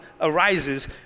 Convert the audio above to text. arises